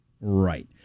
Right